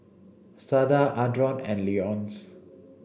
Sada Adron and Leonce